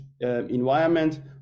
environment